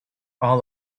all